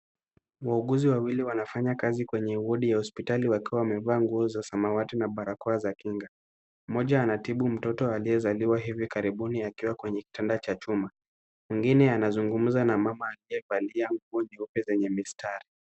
Wauguzi wawili wanafanya kazi kwenye wodi ya hospitali, wakiwa wamevaa nguo ya samawati na barakoa za kinga. Mmoja anatibu mtoto aliyezaliwa hivi karibuni akiwa kwenye kitanda cha chuma. Mwingine anazungumza na mama aliyevalia nguo nyeupe zenye mistari.